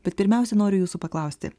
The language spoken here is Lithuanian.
bet pirmiausia noriu jūsų paklausti